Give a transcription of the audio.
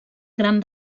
gran